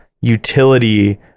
utility